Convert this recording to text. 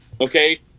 Okay